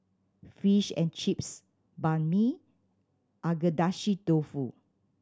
Fish and Chips Banh Mi Agedashi Dofu